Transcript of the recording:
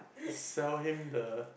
sell him the